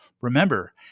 Remember